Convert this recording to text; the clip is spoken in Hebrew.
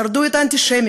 שרדו את האנטישמיות,